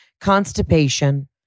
constipation